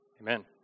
Amen